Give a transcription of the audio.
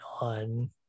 on